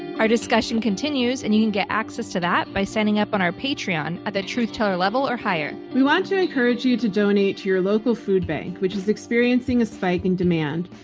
our discussion continues and you can get access to that by signing up on our patreon at the truth teller level or higher. we want to encourage you to donate to your local food bank which is experiencing a spike in demand.